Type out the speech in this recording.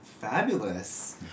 fabulous